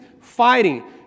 fighting